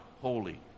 holy